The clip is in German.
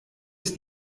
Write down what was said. ist